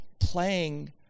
playing